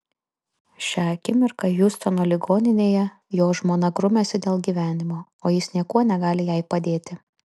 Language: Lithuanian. šią akimirką hjustono ligoninėje jo žmona grumiasi dėl gyvenimo o jis niekuo negali jai padėti